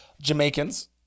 Jamaicans